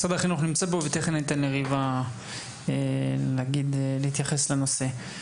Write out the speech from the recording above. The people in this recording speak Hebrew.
משרד החינוך נמצאת פה ותיכף אני אתן לריבה להתייחס לנושא.